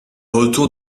retour